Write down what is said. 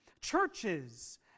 Churches